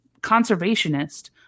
conservationist